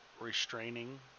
restraining